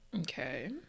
okay